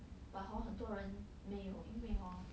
but hor 很多人没有因为 hor